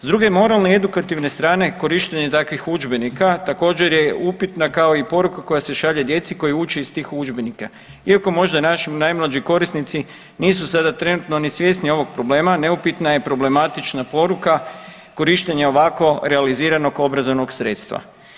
S druge moralne i edukativne strane korištenje takvih udžbenika također je upitana kao i poruka koja se šalje djeci koja uče iz tih udžbenika iako možda naši najmlađi korisnici nisu sada trenutno ni svjesni ovog problema neupitna je problematična poruka korištenja ova realiziranog obrazovnog sredstva.